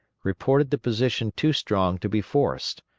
reported the position too strong to be forced.